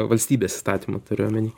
valstybės įstatymų turiu omeny